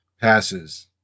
passes